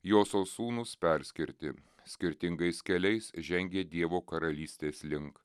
josios sūnūs perskirti skirtingais keliais žengia dievo karalystės link